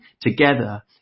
together